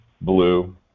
blue